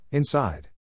inside